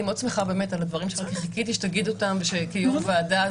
אני מאוד שמחה על הדברים שלך כי חיכיתי שתגיד אותם כיו"ר הוועדה.